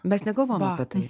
mes negalvojam apie tai